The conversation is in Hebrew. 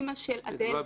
אמה של אדל ביטון,